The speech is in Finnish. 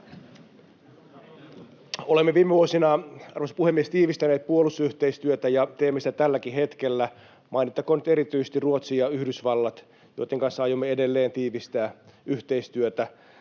Olemme viime vuosina, arvoisa puhemies, tiivistäneet puolustusyhteistyötä ja teemme sitä tälläkin hetkellä. Mainittakoon nyt erityisesti Ruotsi ja Yhdysvallat, joitten kanssa aiomme edelleen tiivistää yhteistyötä.